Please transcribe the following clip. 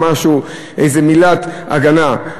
איזו מילת הגנה.